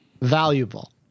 valuable